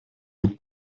gut